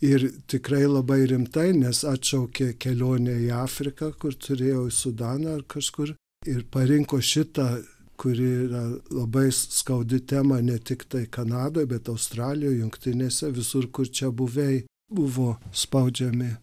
ir tikrai labai rimtai nes atšaukė kelionę į afriką kur turėjo į sudaną ar kažkur ir parinko šitą kuri yra labai skaudi tema ne tiktai kanadoj bet australijoj jungtinėse visur kur čiabuviai buvo spaudžiami